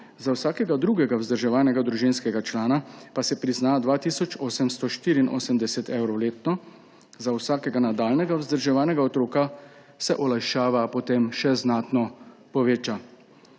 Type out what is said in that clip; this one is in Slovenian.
za vsakega drugega vzdrževanega družinskega člana pa se prizna 2 tisoč 884 evrov letno, za vsakega nadaljnjega vzdrževanega otroka se olajšava potem še znatno poveča.